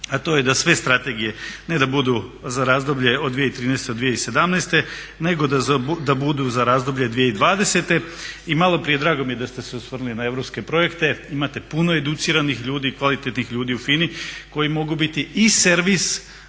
a to je da sve strategije, ne da budu za razdoblje od 2013. do 2017. nego da budu za razdoblje 2020. I malo prije, drago mi je da ste se osvrnuli na europske projekte. Imate puno educiranih ljudi, kvalitetnih ljudi u FINA-i koji mogu biti i servis